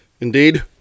Indeed